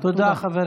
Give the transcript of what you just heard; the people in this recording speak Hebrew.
שחאדה,